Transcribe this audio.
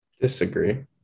Disagree